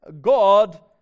God